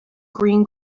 green